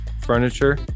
furniture